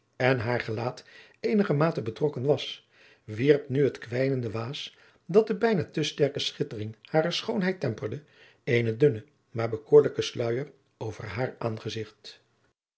en haar gelaat eenigermate betrokken was wierp nu het kwijnende waas dat de bijna te sterke schittering harer schoonheid temperde eenen dunnen maar bekoorlijken sluijer over haar aangezigt